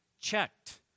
checked